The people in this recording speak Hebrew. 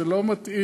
זה לא מתאים.